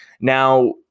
Now